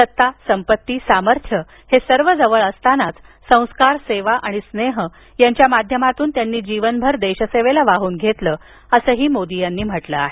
सत्ता संपती सामर्थ्य हे सर्व जवळ असतानाच संस्कार सेवा आणि स्नेह यांच्या माध्यमातून त्यांनी जीवनभर देशसेवेला वाहून घेतलं असंही मोदी यांनी म्हटलं आहे